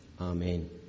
Amen